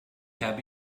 habe